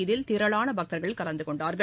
இதில் திரளானபக்தர்கள் கலந்துகொண்டார்கள்